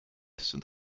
sind